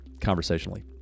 conversationally